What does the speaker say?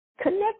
connect